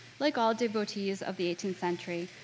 like all devotees of the eighteenth century,